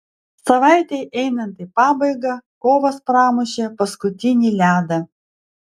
savaitei einant į pabaigą kovas pramušė paskutinį ledą